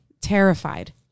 terrified